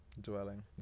Dwelling